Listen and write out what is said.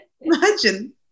Imagine